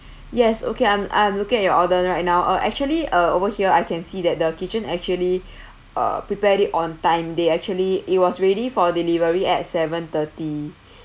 yes okay I'm I'm looking at your order right now uh actually uh over here I can see that the kitchen actually uh prepared it on time they actually it was ready for delivery at seven thirty